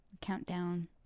Countdown